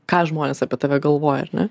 ką žmonės apie tave galvoja ar ne